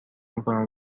میکنم